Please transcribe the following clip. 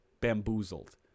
bamboozled